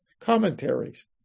commentaries